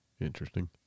Interesting